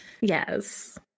yes